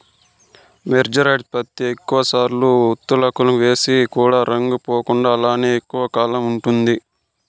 mercerised పత్తి ఎక్కువ సార్లు ఉతుకులకి వేసిన కూడా రంగు పోకుండా అలానే ఎక్కువ కాలం ఉంటుంది